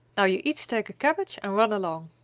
now you each take a cabbage and run along.